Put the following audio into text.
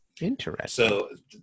Interesting